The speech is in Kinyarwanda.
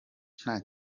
nta